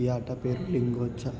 ఈ ఆట పేరు లింగోచ్చా